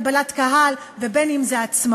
בין אם זה קבלת קהל ובין אם זה עצמאות.